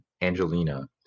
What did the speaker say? Angelina